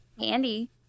Andy